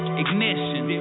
ignition